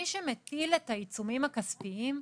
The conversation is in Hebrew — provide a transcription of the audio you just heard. מי שמטיל את העיצום הכספי,